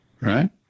right